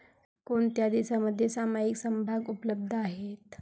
कोणत्या देशांमध्ये सामायिक समभाग उपलब्ध आहेत?